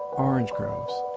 orange groves,